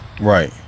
Right